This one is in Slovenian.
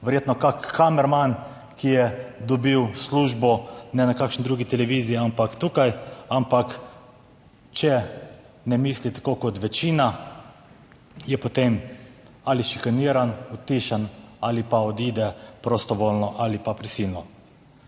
verjetno kak kamerman, ki je dobil službo ne na kakšni drugi televiziji, ampak tukaj. Ampak če ne misli tako kot večina, je potem ali šikaniran, utišan ali pa odide prostovoljno ali pa prisilno.